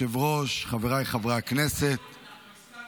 ראש, חבריי חברי הכנסת --- ארז מלול,